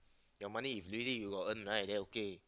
your money if really you got earn right then okay